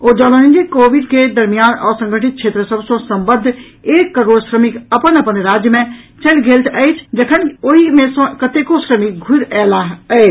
ओ जनौलनि जे कोविड के दरमियान असंगठित क्षेत्र सभ सॅ संबद्व एक करोड़ श्रमिक अपन अपन राज्य मे चलि गेल अछि जखनकि ओहि मे से कतेको श्रमिक घुरि अयलाह अछि